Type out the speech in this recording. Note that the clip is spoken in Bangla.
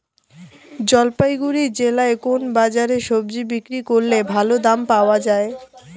জলপাইগুড়ি জেলায় কোন বাজারে সবজি বিক্রি করলে ভালো দাম পাওয়া যায়?